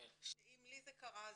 שאם לי זה קרה,